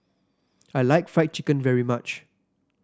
I like Fried Chicken very much